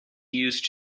used